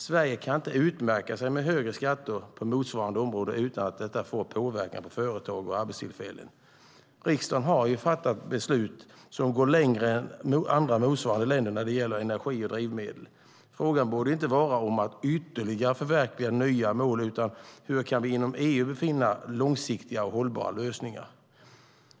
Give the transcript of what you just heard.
Sverige kan inte utmärka sig med högre skatter på motsvarande områden utan att det får påverkan på företag och arbetstillfällen. Riksdagen har fattat beslut som innebär att Sverige går längre än andra motsvarande länder när det gäller energi och drivmedel. Frågan borde inte gälla att ytterligare förverkliga nya mål utan hur vi inom EU kan finna långsiktiga och hållbara lösningar.